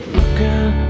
looking